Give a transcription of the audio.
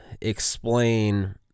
explain